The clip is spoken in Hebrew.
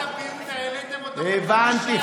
העליתם אותו, הבנתי.